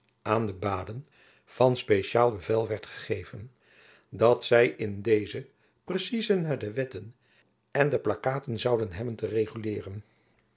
aan de baden een speciael bevel werd gegeven dat zy zich in desen precise naer de wetten ende placaten souden hebben te reguleren